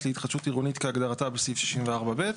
להתחדשות עירונית כהגדרתה בסעיף 64(ב).